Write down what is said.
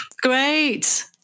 Great